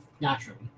naturally